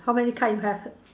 how many card you have